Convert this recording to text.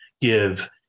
give